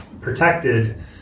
protected